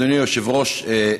אדוני היושב-ראש,